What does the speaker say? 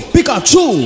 Pikachu